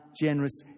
generous